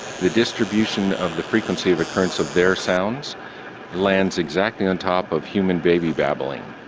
the distribution of the frequency of occurrence of their sounds lands exactly on top of human baby babbling.